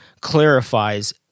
clarifies